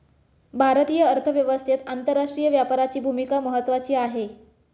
भारतीय अर्थव्यवस्थेत आंतरराष्ट्रीय व्यापाराची भूमिका महत्त्वाची आहे